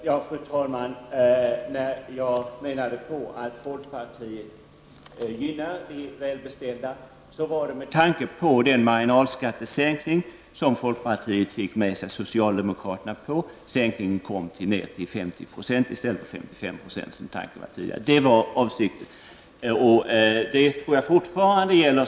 Fru talman! När jag sade att folkpartiet gynnar de välbeställda var det med tanke på den marginalskattesänkning som folkpartiet fick med sig socialdemokraterna på. Sänkningen blev 50 % i stället för 55 %, som var tanken tidigare. Det var avsikten. Det tror jag fortfarande gäller.